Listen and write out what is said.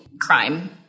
crime